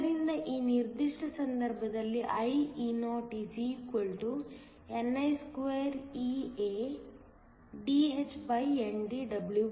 ಆದ್ದರಿಂದ ಈ ನಿರ್ದಿಷ್ಟ ಸಂದರ್ಭದಲ್ಲಿ IEo ni2eADhNDWB